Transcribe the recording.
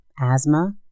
asthma